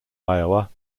iowa